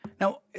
Now